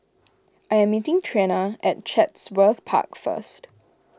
I am meeting Trena at Chatsworth Park first